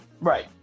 Right